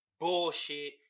bullshit